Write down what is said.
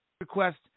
request